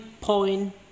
point